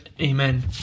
Amen